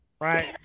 right